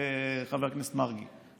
חבר הכנסת מרגי,